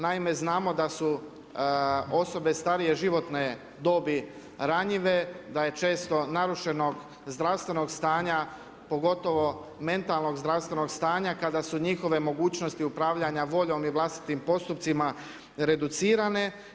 Naime, znamo da su osobe starije životne dobi ranjive, da je često narušenog zdravstvenog stanja pogotovo mentalnog zdravstvenog stanja kada su njihove mogućnosti upravljanja voljom i vlastitim postupcima reducirane.